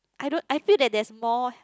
I don't I feel that there's more